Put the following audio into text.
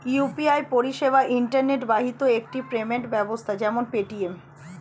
UPI পরিষেবা internet বাহিত একটি পেমেন্ট ব্যবস্থা যেমন পেটিএম